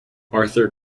arthur